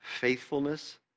faithfulness